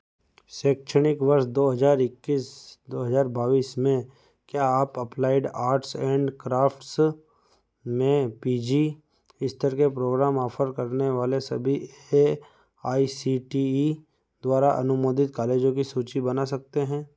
शैक्षणिक वर्ष दो हज़ार इक्कीस दो हज़ार बाईस में क्या आप अप्लाइड आर्ट्स एंड क्राफ़्ट्स में पी जी स्तर के प्रोग्राम ऑफ़र करने वाले सभी A I C T E द्वारा अनुमोदित कॉलेजों की सूची बना सकते हैं